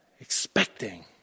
expecting